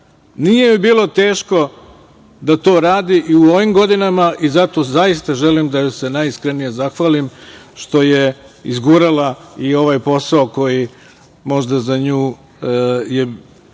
Nije joj bilo teško da to radi i u ovim godinama i zato zaista želim da joj se najiskrenije zahvalim što je izgurala i ovaj posao koji je možda za nju bio